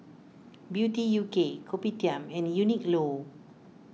Beauty U K Kopitiam and Uniqlo